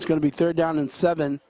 it's going to be third down and seven